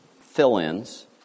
fill-ins